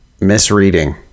misreading